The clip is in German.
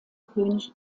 könig